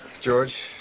George